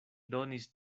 donis